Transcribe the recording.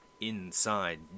Inside